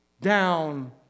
down